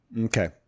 Okay